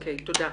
אוקיי, תודה.